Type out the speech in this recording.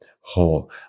whole